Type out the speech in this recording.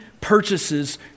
purchases